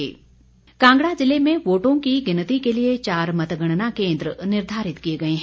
मतगणना केन्द्र कांगड़ा जिले में वोटों की गिनती के लिए चार मतगणना केंद्र निर्धारित किए गए हैं